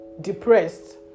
depressed